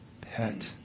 pet